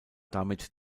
damit